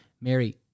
Mary